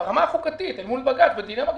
ברמה החוקתית אל מול בג"ץ בדילמה גדולה.